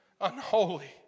unholy